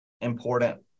important